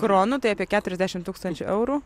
kronų tai apie keturiasdešim tūkstančių eurų